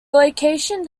location